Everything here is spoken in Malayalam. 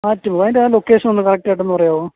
ആറ്റുമുഖം അതിൻ്റെ ലൊക്കേഷൻ ഒന്ന് കറക്റ്റ് ആയിട്ടൊന്ന് പറയാമോ